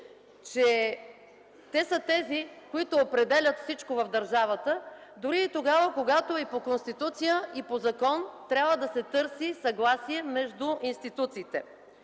че те са тези, които определят всичко в държавата, дори и тогава, когато и по Конституция, и по закон трябва да се търси съгласие между институциите.